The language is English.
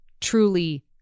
truly